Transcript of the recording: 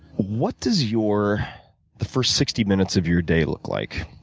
what does your the first sixty minutes of your day look like?